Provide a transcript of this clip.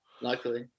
luckily